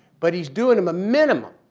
but he's doing them a minimum